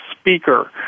speaker